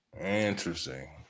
Interesting